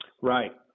Right